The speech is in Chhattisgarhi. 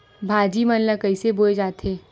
भाजी मन ला कइसे बोए जाथे?